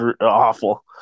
awful